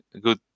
good